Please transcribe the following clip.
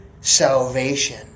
salvation